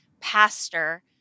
pastor